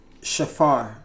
Shafar